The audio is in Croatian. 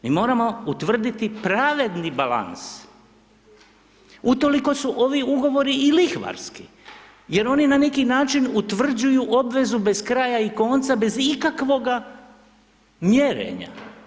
Mi moramo utvrditi pravedni balans, utoliko su ovi ugovori i lihvarski jer oni na neki način utvrđuju obvezu bez kraja i konca bez ikakvoga mjerenja.